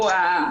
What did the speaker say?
כאן,